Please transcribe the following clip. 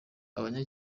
abanya